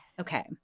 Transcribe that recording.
Okay